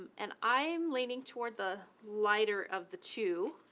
and i'm leaning toward the lighter of the two,